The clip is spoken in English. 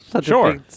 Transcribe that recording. Sure